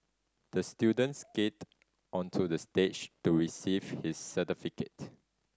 the student skated onto the stage to receive his certificate